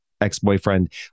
ex-boyfriend